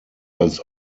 als